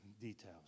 details